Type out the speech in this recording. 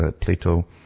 Plato